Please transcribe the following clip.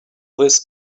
this